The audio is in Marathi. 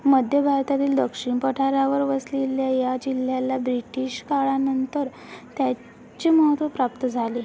मध्य भारतातील दक्षिण पठारावर वसलेल्या या जिल्ह्याला ब्रिटिश काळानंतर त्याचे महत्त्व प्राप्त झाले